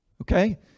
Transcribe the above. Okay